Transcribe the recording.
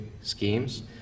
schemes